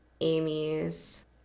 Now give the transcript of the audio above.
Amy's